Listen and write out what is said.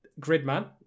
Gridman